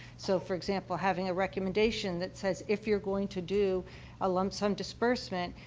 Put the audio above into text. so, for example, having a recommendation that says, if you're going to do a lump sum disbursement,